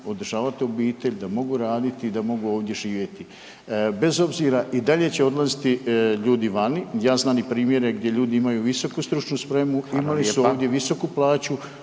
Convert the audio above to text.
održavati obitelj, da mogu raditi i da mogu ovdje živjeti. Bez obzira, i dalje će odlaziti ljudi vani, ja znam i primjere gdje ljudi imaju visoku stručnu spremu, … …/Upadica